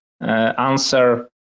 answer